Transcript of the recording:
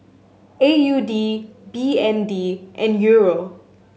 A U D B N D and Euro